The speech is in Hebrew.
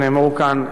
קודם כול,